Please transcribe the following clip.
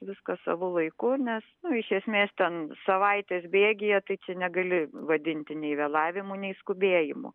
viskas savo laiku nes nu iš esmės ten savaitės bėgyje tai čia negali vadinti nei vėlavimu nei skubėjimu